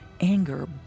anger